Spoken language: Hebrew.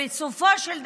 ובסופו של דבר,